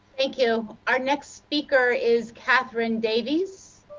thank you. our next speaker is catherine davies.